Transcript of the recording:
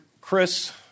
Chris